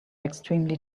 extremely